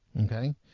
Okay